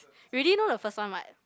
you already know the first one [what]